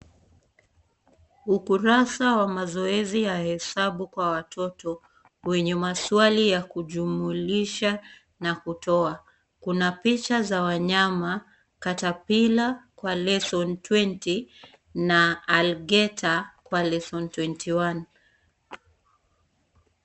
Ukurasa wa mazoezi ya hesabu kwa watoto wenye maswali ya kujumulisha na kutoa kuna picha za wanyama caterpillar lesson 20 na alligator lesson 21 .